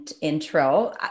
intro